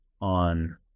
on